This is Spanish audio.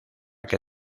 que